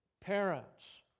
parents